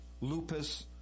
lupus